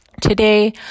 today